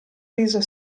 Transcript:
riso